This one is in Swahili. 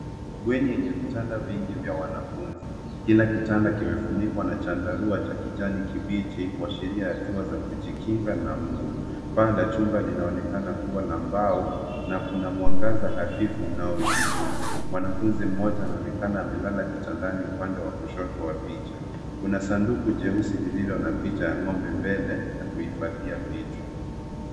Bweni yenye vitanda vingi vya wanafunzi. Kila kitanda kimefunikwa na chandarua cha kijani kibichi kuashiria hatua za kujikinga na mbu. Paa la chumba linaonekana kuwa na mbao na kuna mwangaza hafifu unaoingia. Mwanafunzi mmoja anaonekana amelala kitandani upande wa kushoto wa picha. Kuna sanduku jeusi lilo na picha ya ng'ombe mbele ya kuhifadhia vitu.